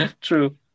True